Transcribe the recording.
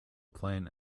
plane